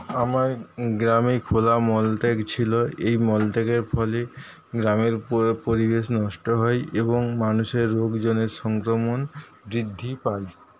আমার গ্রামে খোলা মলত্যাগ ছিল এই মলত্যাগের ফলে গ্রামের পুরো পরিবেশ নষ্ট হয় এবং মানুষের রোগ জনের সংক্রমণ বৃদ্ধি পায়